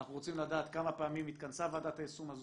אנחנו רוצים לדעת כמה פעמים התכנסה ועדת היישום הזו,